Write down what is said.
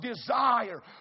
desire